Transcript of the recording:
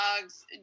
dogs